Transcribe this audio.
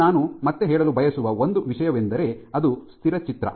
ಈಗ ನಾನು ಮತ್ತೆ ಹೇಳಲು ಬಯಸುವ ಒಂದು ವಿಷಯವೆಂದರೆ ಅದು ಸ್ಥಿರ ಚಿತ್ರ